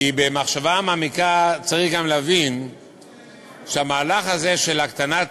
כי במחשבה מעמיקה צריך גם להבין שהמהלך הזה של הקטנת